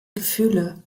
gefühle